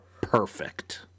Perfect